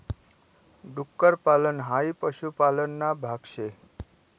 डुक्कर पालन हाई पशुपालन ना भाग शे